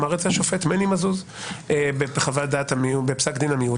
אמר את זה השופט מני מזוז בפסק דין המיעוט